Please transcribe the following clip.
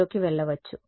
విద్యార్థి రంధ్రం లేదు